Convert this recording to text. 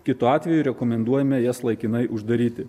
kitu atveju rekomenduojame jas laikinai uždaryti